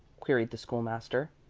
queried the school-master.